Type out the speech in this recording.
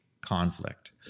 conflict